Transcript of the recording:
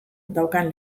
daukan